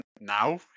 now